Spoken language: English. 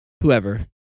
whoever